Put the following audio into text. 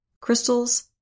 crystals